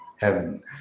heaven